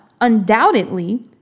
undoubtedly